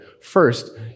First